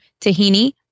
tahini